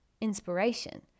inspiration